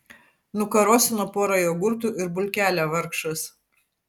nukarosino pora jogurtų ir bulkelę vargšas